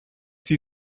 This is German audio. sie